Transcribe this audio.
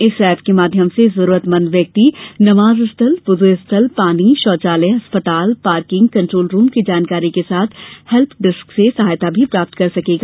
इस एप के माध्यम से जरूरतमंद व्यक्ति नमाज स्थल बुजु स्थल पानी शौचालय अस्पताल पार्किंग कन्ट्रोल रूम की जानकारी के साथ हेल्प डेस्क से सहायता भी प्राप्त कर सकेंगा